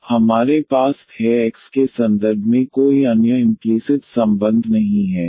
तो हमारे पास y है x के संदर्भ में कोई अन्य इम्प्लीसिट संबंध नहीं है